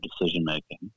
decision-making